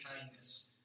kindness